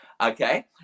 Okay